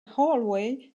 hallway